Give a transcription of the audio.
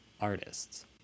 artists